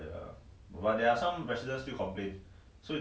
but these are the condo owns